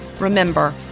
Remember